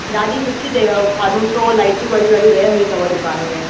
ॾाढी सुठी ॾे फ़ानूस लाइटियूं वाइटियूं ॾाढी रेर मिलंदी अथव दुकान में